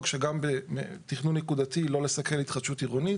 שגם בתכנון נקודתי לא לסכל התחדשות עירונית.